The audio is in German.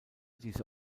diese